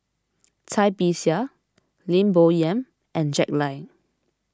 Cai Bixia Lim Bo Yam and Jack Lai